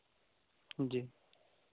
जी